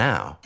Now